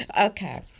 Okay